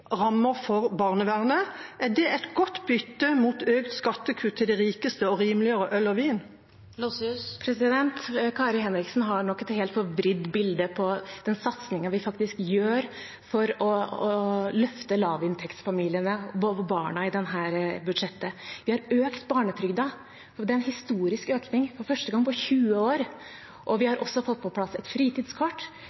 rammer for barnevernet – et godt bytte mot økte skattekutt til de rikeste og rimeligere øl og vin? Kari Henriksen har nok et helt forvridd bilde av den satsingen vi faktisk gjør for å løfte både lavinntektsfamiliene og barna i dette budsjettet. Vi har økt barnetrygden, og det er en historisk økning, for første gang på 20 år. Vi